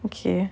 okay